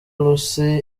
lucy